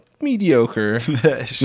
mediocre